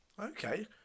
Okay